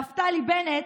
נפתלי בנט,